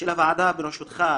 הוועדה בראשותך,